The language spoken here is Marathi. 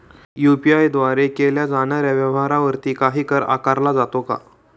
यु.पी.आय द्वारे केल्या जाणाऱ्या व्यवहारावरती काही कर आकारला जातो का?